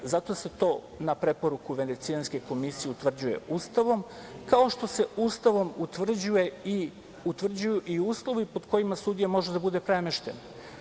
Zato se to, na preporuku Venecijanske komisije, utvrđuje Ustavom, kao što se Ustavom utvrđuju i uslovi pod kojima sudija može da bude premešten.